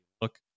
look